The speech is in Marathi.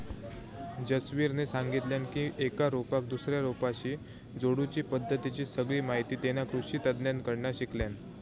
जसवीरने सांगितल्यान की एका रोपाक दुसऱ्या रोपाशी जोडुची पद्धतीची सगळी माहिती तेना कृषि तज्ञांकडना शिकल्यान